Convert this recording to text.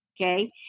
okay